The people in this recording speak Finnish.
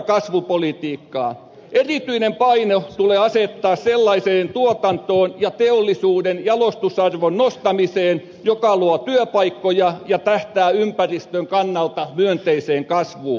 erityinen paino tulee asettaa sellaiseen tuotantoon ja teollisuuden jalostusarvon nostamiseen joka luo työpaikkoja ja tähtää ympäristön kannalta myönteiseen kasvuun